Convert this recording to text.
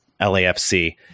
LAFC